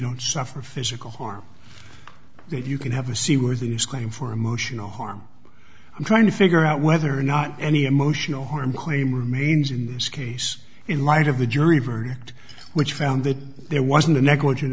don't suffer physical harm that you can have a c were things going for emotional harm i'm trying to figure out whether or not any emotional harm claim remains in this case in light of the jury verdict which found that there wasn't a negligent